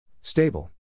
Stable